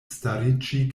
stariĝi